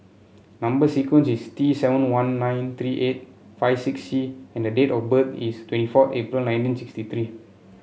number sequence is T seven one nine three eight five six C and date of birth is twenty four April nineteen sixty three